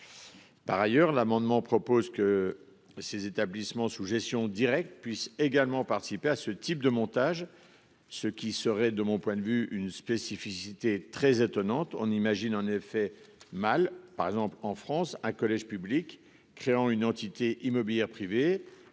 Par ailleurs, l'amendement propose que ces établissements sous gestion directe, puissent également participer à ce type de montage. Ce qui serait de mon point de vue une spécificité très étonnante. On imagine en effet mal par exemple en France un collège public, créant une entité immobilière privée